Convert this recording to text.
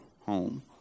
home